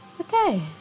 Okay